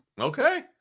Okay